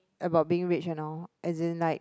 about being rich and all as in like